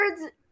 words